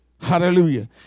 Hallelujah